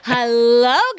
Hello